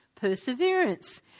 Perseverance